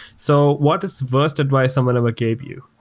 so what is the worst advice someone ever gave you?